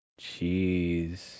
Jeez